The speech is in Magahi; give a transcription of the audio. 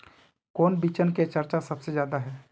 कौन बिचन के चर्चा सबसे ज्यादा है?